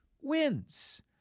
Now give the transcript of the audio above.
wins